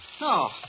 No